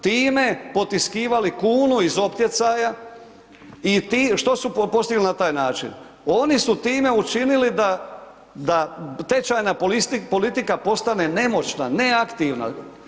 Time potiskivali kunu iz optjecaja i što su postigli na taj način, oni su time učinili da tečajna politika postane nemoćna, neaktivna.